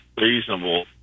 reasonable